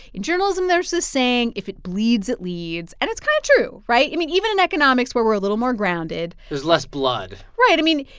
in journalism, there's this saying if it bleeds, it leads. and it's kind of true, right? i mean, even in economics, where we're a little more grounded. there's less blood right. i mean,